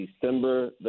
December